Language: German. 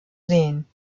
sehen